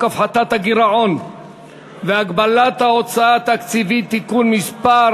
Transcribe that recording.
הפחתת הגירעון והגבלת ההוצאה התקציבית (תיקון מס'